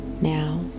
Now